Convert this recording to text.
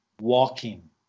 walking